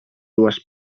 dues